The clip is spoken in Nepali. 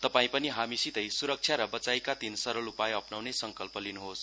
तपाईं पनि हामीसितै सुरक्षा र बचाईका तीन सरल उपाय अप्नाउने संकल्प गर्नुहोस